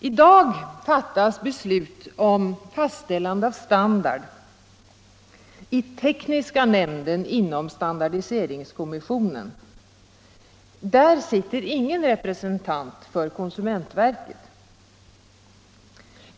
I dag fattas beslut om fastställande av standard i tekniska nämnden inom standardiseringskommissionen. Där sitter ingen representant för konsumentverket.